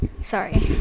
Sorry